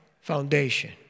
foundation